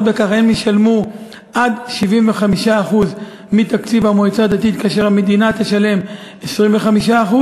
בכך ישלמו עד 75% מתקציב המועצה הדתית והמדינה תשלם 25%,